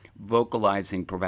vocalizing